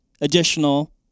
additional